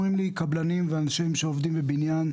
אומרים לי קבלנים ואנשים שעובדים בבניין,